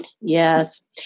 Yes